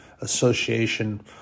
association